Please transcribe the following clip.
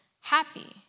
happy